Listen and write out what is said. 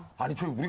how did you